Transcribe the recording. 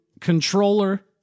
controller